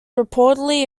reportedly